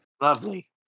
Lovely